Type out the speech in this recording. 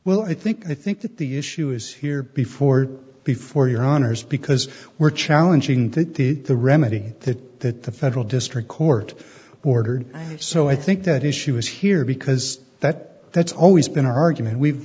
well i think i think that the issue is here before before your honor's because we're challenging that the the remedy that that the federal district court ordered so i think that issue is here because that that's always been our argument we've